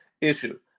issue